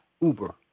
Uber